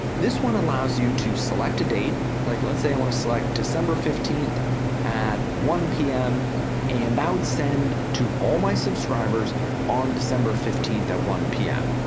this one allows you to select a date, like let's say i wanna select december fifteenth at one pm and that would send to all my subscribers on december fifteenth at one pm.